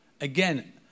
again